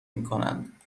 میکنند